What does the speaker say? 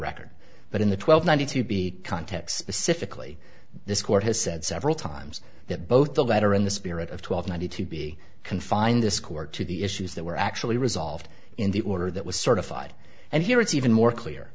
record but in the twelve nineteen to be context specific lee this court has said several times that both the letter in the spirit of twelve ninety two be confined this court to the issues that were actually resolved in the order that was certified and here it's even more clear